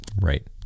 right